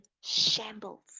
shambles